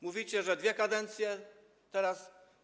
Mówicie, że dwie kadencje, a teraz.